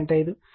5